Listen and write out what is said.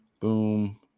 boom